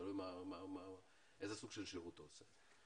תלוי בסוג השירות שהוא עושה.